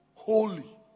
holy